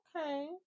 Okay